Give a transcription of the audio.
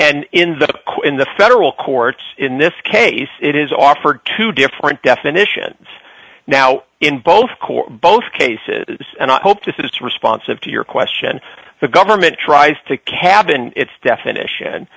and in the quinn the federal courts in this case it is offered two different definition now in both court both cases and i hope this is responsive to your question the government tries to cabin its definition